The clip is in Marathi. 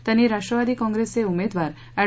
त्यांनी राष्ट्रवादी काँप्रेसचे उमेदवार एड